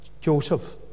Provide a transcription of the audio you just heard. Joseph